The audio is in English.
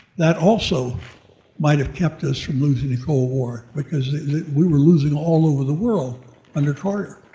that also might have kept us from losing the cold war, because we were losing all over the world under carter.